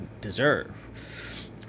deserve